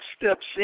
steps